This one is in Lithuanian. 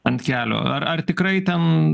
ant kelio ar ar tikrai ten